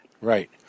Right